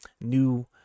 new